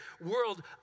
world